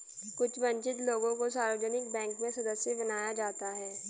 कुछ वन्चित लोगों को सार्वजनिक बैंक में सदस्य बनाया जाता है